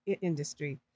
industry